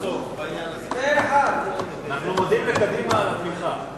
התש"ע 2010, לדיון מוקדם בוועדת הכלכלה נתקבלה.